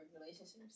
relationships